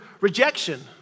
rejection